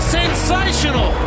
sensational